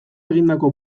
egindako